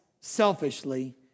selfishly